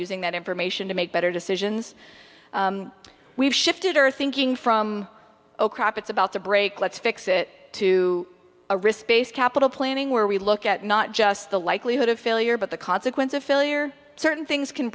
using that information to make better decisions we've shifted our thinking from it's about to break let's fix it to a risk capital planning where we look at not just the likelihood of failure but the consequence of failure certain things can